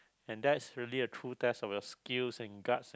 and that's really a true test of your skills and guts